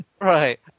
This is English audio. Right